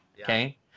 Okay